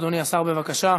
אדוני השר, בבקשה.